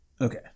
Okay